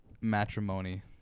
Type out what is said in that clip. matrimony